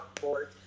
board